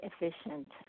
Efficient